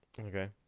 Okay